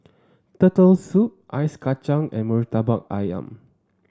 Turtle Soup Ice Kachang and Murtabak ayam